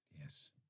Yes